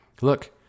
Look